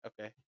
Okay